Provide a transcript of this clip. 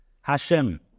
Hashem